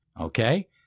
Okay